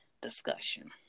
discussion